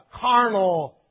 carnal